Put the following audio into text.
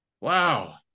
wow